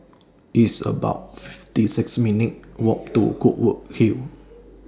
It's about fifty six minutes' Walk to Goodwood Hill